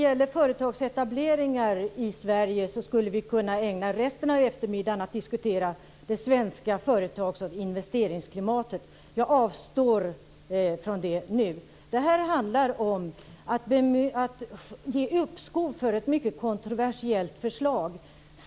Fru talman! Vi skulle kunna ägna resten av eftermiddagen åt att diskutera företagsetableringar i Sverige och det svenska företags och investeringsklimatet. Jag avstår från det nu. Det handlar här om att ge uppskov för ett mycket kontroversiellt förslag.